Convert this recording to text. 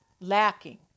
lacking